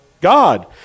God